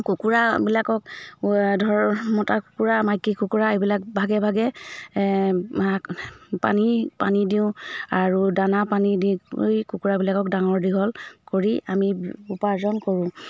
কুকুৰাবিলাকক ধৰ মতা কুকুৰা মাইকী কুকুৰা এইবিলাক ভাগে ভাগে পানী পানী দিওঁ আৰু দানা পানী দি কুকুৰাবিলাকক ডাঙৰ দীঘল কৰি আমি উপাৰ্জন কৰোঁ